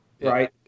right